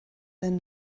then